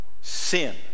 sin